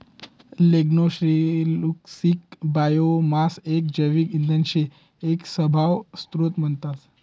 lignocellulosic biomass एक जैविक इंधन शे ते एक सभव्य स्त्रोत म्हणतस